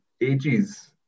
ages